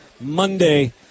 Monday